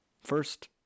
First